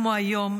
כמו היום,